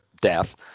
death